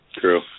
True